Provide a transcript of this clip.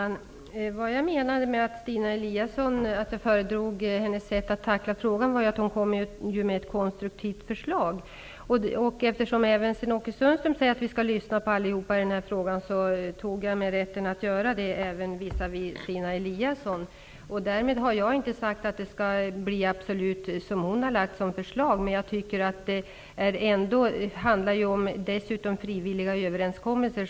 Herr talman! Vad jag menade med att jag föredrog Stina Eliassons sätt att tackla frågan var att hon kom med ett konstruktivt förslag. Eftersom även Sten-Ove Sundström säger att vi skall lyssna på alla i denna fråga, tog jag mig rätten att lyssna även på Stina Eliasson. Jag har därmed inte sagt att det absolut skall bli så som hon har föreslagit. Vad Stina Eliasson diskuterar är frivilliga överenskommelser.